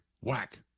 whack